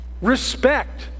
respect